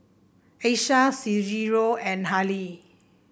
Aisha Cicero and Hallie